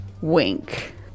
wink